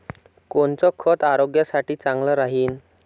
कोनचं खत आरोग्यासाठी चांगलं राहीन?